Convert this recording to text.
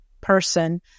person